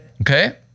Okay